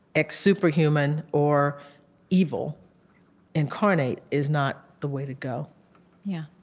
like superhuman, or evil incarnate is not the way to go yeah.